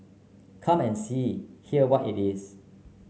come and see here what it is